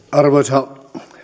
arvoisa